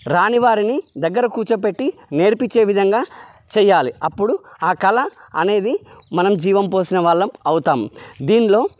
రాని వారిని దగ్గర కూర్చోబెట్టి నేర్పించే విధంగా చెయ్యాలి అప్పుడు ఆ కళ అనేది మనం జీవం పోసిన వాళ్ళం అవుతాం దీనిలో